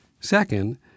Second